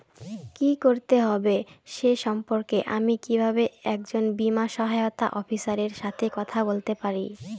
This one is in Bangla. কী করতে হবে সে সম্পর্কে আমি কীভাবে একজন বীমা সহায়তা অফিসারের সাথে কথা বলতে পারি?